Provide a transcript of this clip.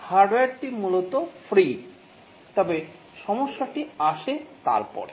হার্ডওয়্যারটি মূলত ফ্রি তবে সমস্যাটি আসে তারপরে